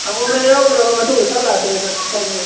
ꯁꯪꯒꯣꯝ ꯍꯦꯛ ꯌꯥꯎꯗ꯭ꯔꯕ ꯃꯇꯨꯡꯗ ꯊꯛ ꯂꯥꯛꯇ꯭ꯔꯦ ꯅꯪ ꯈꯪꯎ ꯅꯪ